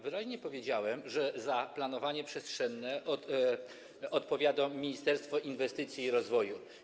Wyraźnie powiedziałem, że za planowanie przestrzenne odpowiada Ministerstwo Inwestycji i Rozwoju.